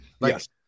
Yes